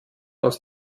aus